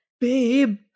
Babe